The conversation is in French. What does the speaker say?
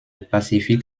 pacifique